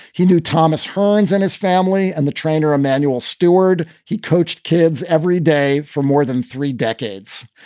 he knew thomas hearns and his family and the trainer, emanuel steward. he coached kids every day for more than three decades.